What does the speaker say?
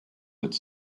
its